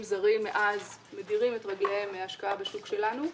זרים מדירים את רגליהם מהשקעה בשוק שלנו.